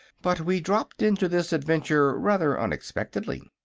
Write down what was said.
but we dropped into this adventure rather unexpectedly.